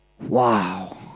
wow